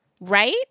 Right